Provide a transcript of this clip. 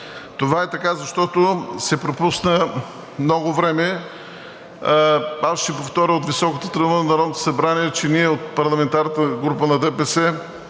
Това е така, защото се пропусна много време. Аз ще повторя от високата трибуна на Народното събрание, че ние от парламентарната група на ДПС